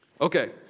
okay